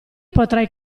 potrai